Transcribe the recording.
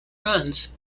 runs